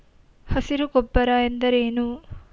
ಹಸಿರು ಗೊಬ್ಬರ ಎಂದರೇನು?